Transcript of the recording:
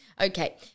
Okay